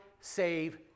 save